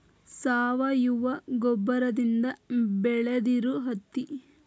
ಸಾವಯುವ ಗೊಬ್ಬರದಿಂದ ಬೆಳದಿರು ಹತ್ತಿ